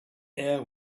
air